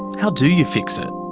how do you fix it?